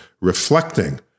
reflecting